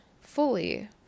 fully